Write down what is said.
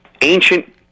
ancient